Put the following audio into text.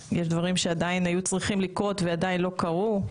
שעדיין היו צריכים לקרות ועדיין לא קרו,